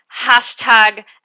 hashtag